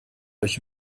euch